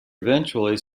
eventually